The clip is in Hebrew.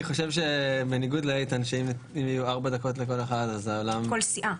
אני חושב שאם יהיו ארבע דקות לכל אחד אז העולם --- לכל סיעה.